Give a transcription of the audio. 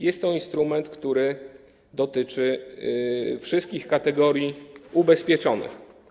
Jest to instrument, który dotyczy wszystkich kategorii ubezpieczonych.